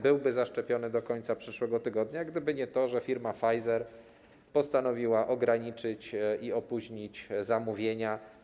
Byliby zaszczepieni do końca przyszłego tygodnia, gdyby nie to, że firma Pfizer postanowiła ograniczyć i opóźnić zamówienia.